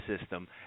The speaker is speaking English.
system